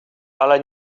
ale